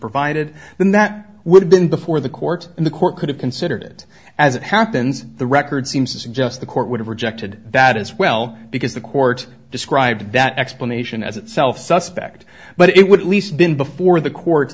provided then that would have been before the court and the court could have considered it as it happens the record seems to suggest the court would have rejected that as well because the court described that explanation as itself suspect but it would at least been before the court